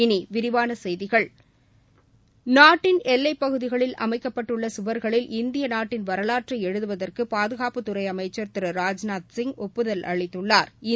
இனி விரிவான செய்திகள் நாட்டின் எல்லைப்பகுதிகளில் அமைக்கப்பட்டுள்ள சுவர்களில் இந்திய நாட்டின் வரவாற்றை எழுதுவதற்கு பாதுகாப்புத்துறை அமைச்ச் திரு ராஜ்நாத்சிங் ஒப்புதல் அளித்துள்ளாா்